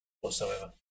whatsoever